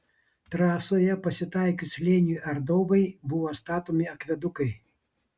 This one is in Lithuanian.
trasoje pasitaikius slėniui ar daubai buvo statomi akvedukai